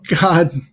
God